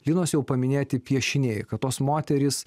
linos jau paminėti piešiniai kad tos moterys